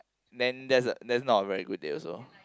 then that's that's not a very good day also